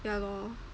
ya lor